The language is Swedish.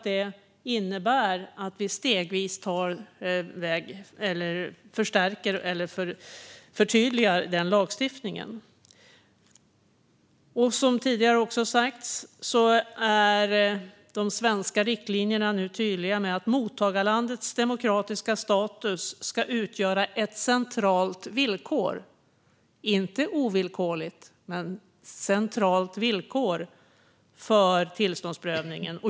Detta innebär såklart att vi stegvis förstärker eller förtydligar den. Som tidigare sagts är de svenska riktlinjerna nu tydliga med att mottagarlandets demokratiska status ska utgöra ett inte ovillkorligt men centralt villkor för tillståndsprövningen.